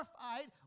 fight